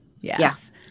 Yes